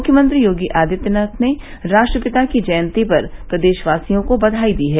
मुख्यमंत्री योगी आदित्यनाथ ने राष्ट्रपिता की जयंती पर प्रदेशवासियों को ब्याई दी है